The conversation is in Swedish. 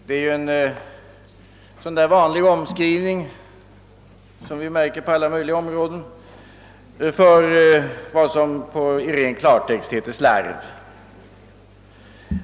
Det är ju en vanlig omskrivning som förekommer på alla möjliga områden för vad som i ren klartext heter slarv.